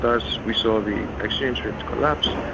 as we saw the exchange rates collapse,